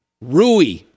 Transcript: Rui